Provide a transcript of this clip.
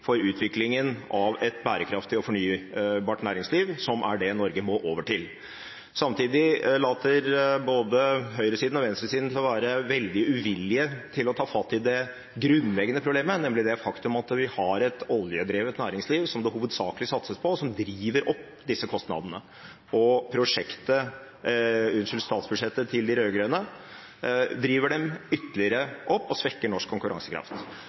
for utviklingen av et bærekraftig og fornybart næringsliv, som er det Norge må over til. Samtidig later både høyre- og venstresiden til å være veldig uvillige til å ta fatt i det grunnleggende problemet, nemlig det faktum at vi har et oljedrevet næringsliv som det hovedsakelig satses på, og som driver opp disse kostnadene. Statsbudsjettet til de rød-grønne driver dem ytterligere opp og svekker norsk konkurransekraft.